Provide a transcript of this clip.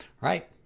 right